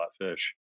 fish